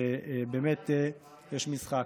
באמת יש משחק.